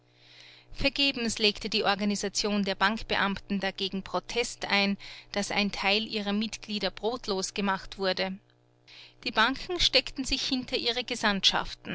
vergebens legte die organisation der bankbeamten dagegen protest ein daß ein teil ihrer mitglieder brotlos gemacht wurde die banken steckten sich hinter ihre